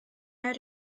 out